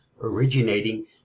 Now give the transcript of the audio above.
originating